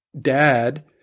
dad